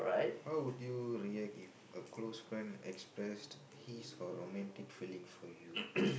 how would you react if a close friend expressed his her romantic feeling for you